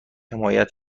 حمایت